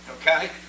Okay